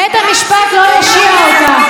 בית המשפט לא יושיע אותה.